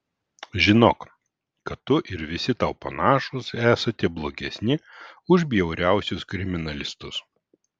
žinok kad tu ir visi tau panašūs esate blogesni už bjauriausius kriminalistus